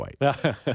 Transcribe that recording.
White